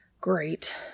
Great